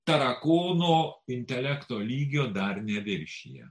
tarakono intelekto lygio dar neviršija